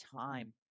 time